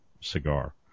cigar